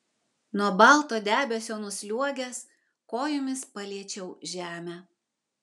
nuo balto debesio nusliuogęs kojomis paliečiau žemę